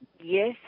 yes